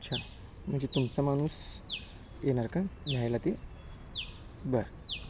अच्छा म्हणजे तुमचा माणूस येणार का न्यायला ते बरं